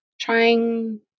trying